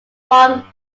farm